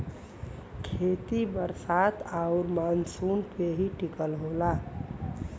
खेती बरसात आउर मानसून पे ही टिकल होला